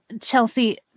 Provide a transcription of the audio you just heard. Chelsea